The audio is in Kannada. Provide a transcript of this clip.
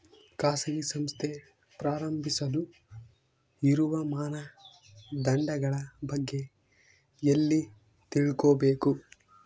ಖಾಸಗಿ ಸಂಸ್ಥೆ ಪ್ರಾರಂಭಿಸಲು ಇರುವ ಮಾನದಂಡಗಳ ಬಗ್ಗೆ ಎಲ್ಲಿ ತಿಳ್ಕೊಬೇಕು?